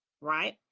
right